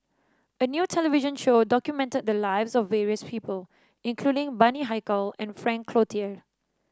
a new television show documented the lives of various people including Bani Haykal and Frank Cloutier